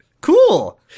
cool